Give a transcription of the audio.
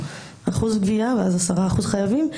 ואז 10% חייבים,